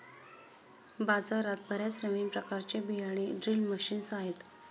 बाजारात बर्याच नवीन प्रकारचे बियाणे ड्रिल मशीन्स आहेत